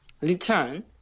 Return